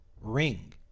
Ring